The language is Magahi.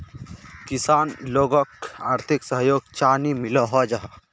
किसान लोगोक आर्थिक सहयोग चाँ नी मिलोहो जाहा?